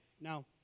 Now